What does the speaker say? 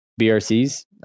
BRCs